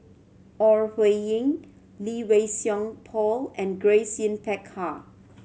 Ore Huiying Lee Wei Song Paul and Grace Yin Peck Ha